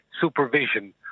supervision